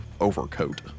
overcoat